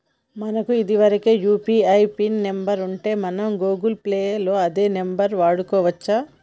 మనకు ఇదివరకే UPI pin number ఉంటే మనం గూగుల్ పే లో అదే నెంబర్ వాడుకోవచ్చు